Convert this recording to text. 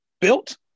built